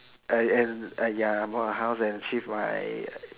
I and I ya bought a house and achieve my